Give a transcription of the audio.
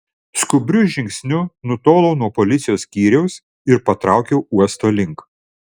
skubriu žingsniu nutolau nuo policijos skyriaus ir patraukiau uosto link